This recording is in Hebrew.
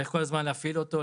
צריך כל הזמן להפעיל אותו,